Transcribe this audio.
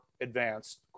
advanced